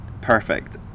Perfect